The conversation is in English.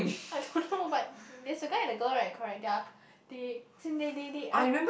I don't know but there is a guy and a girl right correct they are they as in they they they I'm